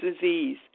disease